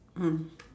mm